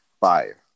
fire